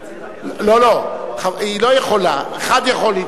לא, היא לא יכולה, אחד יכול.